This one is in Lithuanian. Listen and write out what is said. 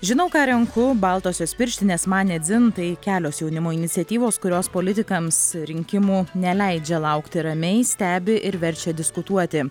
žinau ką renku baltosios pirštinės man ne dzin tai kelios jaunimo iniciatyvos kurios politikams rinkimų neleidžia laukti ramiai stebi ir verčia diskutuoti